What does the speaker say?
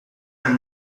are